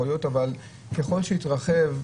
אבל ככל שיתרחב,